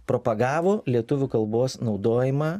propagavo lietuvių kalbos naudojimą